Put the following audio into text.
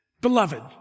Beloved